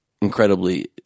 incredibly